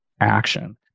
action